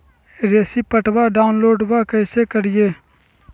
रेसिप्टबा डाउनलोडबा कैसे करिए?